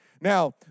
Now